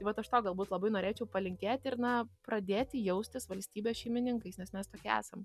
vat aš to galbūt labai norėčiau palinkėti ir na pradėti jaustis valstybės šeimininkais nes mes tokie esam